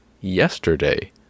yesterday